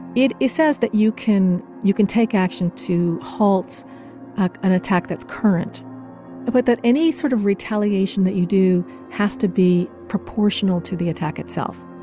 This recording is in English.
it it says that you can you can take action to halt an attack that's current but that any sort of retaliation that you do has to be proportional to the attack itself.